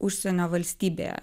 užsienio valstybėje